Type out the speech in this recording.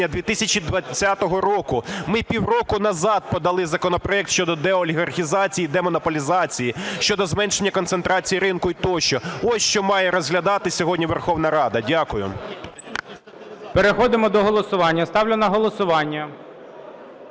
2020 року? Ми півроку назад подали законопроект щодо деолігархізації, демонополізації, щодо зменшення концентрації ринку тощо. Ось що має розглядати сьогодні Верховна Рада. Дякую. ГОЛОВУЮЧИЙ. Переходимо до голосування. Ставлю на голосування